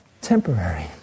temporary